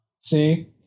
see